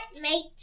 mate